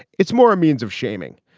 it's more a means of shaming.